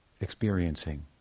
experiencing